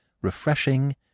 refreshing